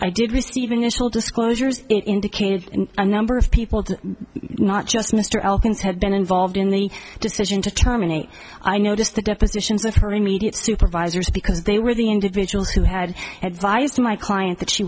i did receive initial disclosures indicated a number of people not just mr elkins had been in volved in the decision to terminate i noticed the depositions of her immediate supervisors because they were the individuals who had advised my client that she